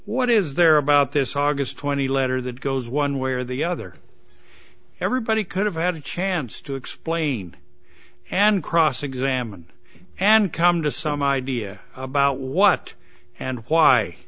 what is there about this august twenty letter that goes one way or the other everybody could have had a chance to explain and cross examine and come to some idea about what and why